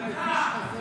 אלעזר,